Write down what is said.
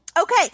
Okay